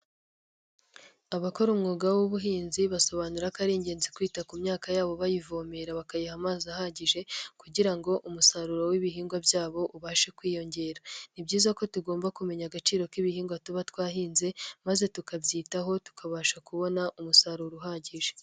Abakora umwuga w'ubuhinzi basobanura ko ari ingenzi kwita ku myaka yabo bayivomera bakayiha amazi ahagije kugira ngo umusaruro w'ibihingwa byabo ubashe kwiyongera. Ni byiza ko tugomba kumenya agaciro k'ibihingwa tuba twahinze, maze tukabyitaho tukabasha kubona umusaruro uhagije.